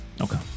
Okay